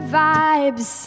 vibes